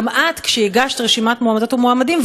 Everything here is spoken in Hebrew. גם את כשהגשת רשימת מועמדות ומועמדים,